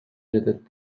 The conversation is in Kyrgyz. жетет